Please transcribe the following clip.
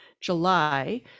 July